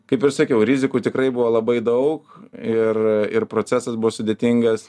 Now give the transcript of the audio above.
kaip ir sakiau rizikų tikrai buvo labai daug ir ir procesas buvo sudėtingas